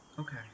Okay